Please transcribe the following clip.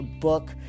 book